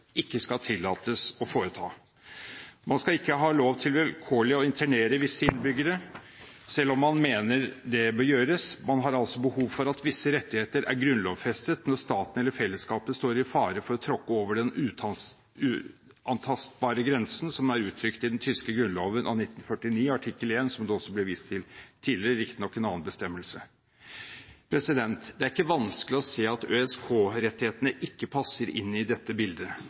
ikke skal tillates å foreta. Man skal ikke ha lov til vilkårlig å internere visse innbyggere, selv om man mener det bør gjøres. Man har altså behov for at visse rettigheter er grunnlovfestet når staten eller fellesskapet står i fare for å tråkke over den uantastbare grensen som er uttrykt i den tyske grunnloven av 1949 artikkel 1, som det også ble vist til tidligere, riktignok i en annen bestemmelse. Det er ikke vanskelig å se at ØSK-rettighetene ikke passer inn i dette bildet.